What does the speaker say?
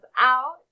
out